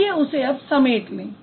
आइए उसे अब समेट लें